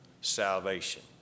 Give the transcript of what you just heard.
salvation